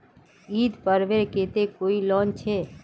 ईद पर्वेर केते कोई लोन छे?